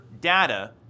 data